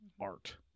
art